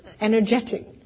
energetic